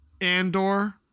Andor